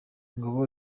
ngabo